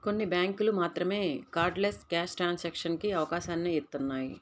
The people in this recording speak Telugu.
కొన్ని బ్యేంకులు మాత్రమే కార్డ్లెస్ క్యాష్ ట్రాన్సాక్షన్స్ కి అవకాశాన్ని ఇత్తన్నాయి